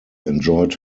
enjoyed